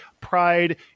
pride